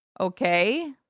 okay